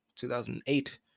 2008